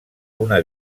una